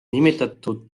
nimetatud